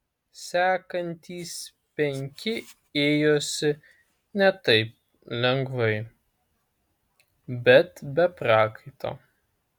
sekantys penki ėjosi ne taip lengvai bet be prakaito